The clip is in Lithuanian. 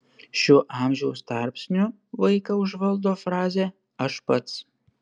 šiuo amžiaus tarpsniu vaiką užvaldo frazė aš pats